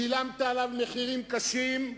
שילמת עליו מחירים קשים,